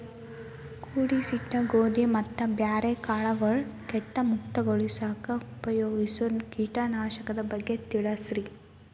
ಕೂಡಿಸಿಟ್ಟ ಗೋಧಿ ಮತ್ತ ಬ್ಯಾರೆ ಕಾಳಗೊಳ್ ಕೇಟ ಮುಕ್ತಗೋಳಿಸಾಕ್ ಉಪಯೋಗಿಸೋ ಕೇಟನಾಶಕದ ಬಗ್ಗೆ ತಿಳಸ್ರಿ